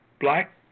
black